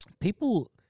People